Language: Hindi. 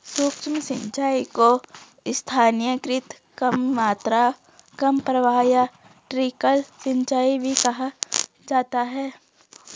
सूक्ष्म सिंचाई को स्थानीयकृत कम मात्रा कम प्रवाह या ट्रिकल सिंचाई भी कहा जाता है